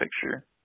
picture